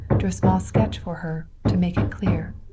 drew a small sketch for her, to make it clear.